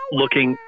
looking